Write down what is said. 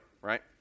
right